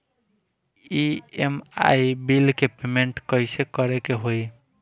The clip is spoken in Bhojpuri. ई.एम.आई बिल के पेमेंट कइसे करे के होई?